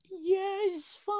Yes